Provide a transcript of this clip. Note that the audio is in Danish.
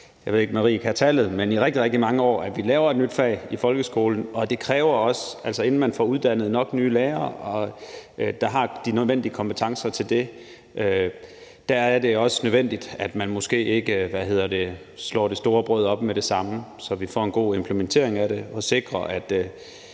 rigtig, rigtig mange år, at vi laver et nyt fag i folkeskolen. Inden man får uddannet nok nye lærere, der har de nødvendige kompetencer til det, er det også nødvendigt, at man måske ikke slår et for stort brød op med det samme, så vi får en god implementering af det og sikrer, at